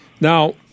Now